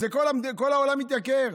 כל העולם מתייקר.